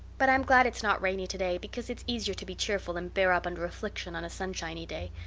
but i'm glad it's not rainy today because it's easier to be cheerful and bear up under affliction on a sunshiny day.